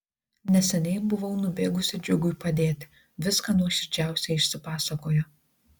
neseniai buvau nubėgusi džiugui padėti viską nuoširdžiausiai išsipasakojo